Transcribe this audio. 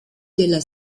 della